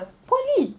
poly